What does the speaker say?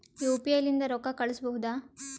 UPI ಲಿಂದ ರೊಕ್ಕ ಕಳಿಸಬಹುದಾ?